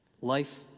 Life